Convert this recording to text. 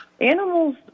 Animals